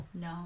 No